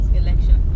election